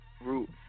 Root